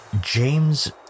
James